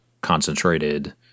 concentrated